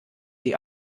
die